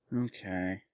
Okay